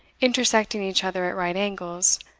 intersecting each other at right angles,